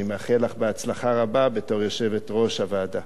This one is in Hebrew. אני מאחל לך בהצלחה רבה בתור יושבת-ראש הוועדה.